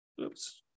Oops